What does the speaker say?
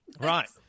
right